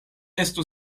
estu